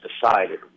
decided